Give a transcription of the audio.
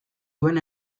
duen